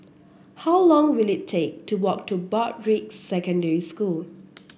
how long will it take to walk to Broadrick Secondary School